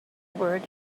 word